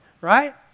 right